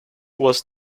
was